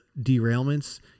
derailments